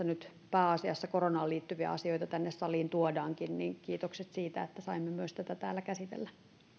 nyt pääasiassa koronaan liittyviä asioita tänne saliin tuodaankin niin kiitokset siitä että saimme myös tätä täällä käsitellä